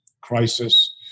crisis